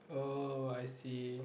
oh I see